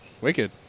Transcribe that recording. Wicked